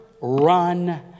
run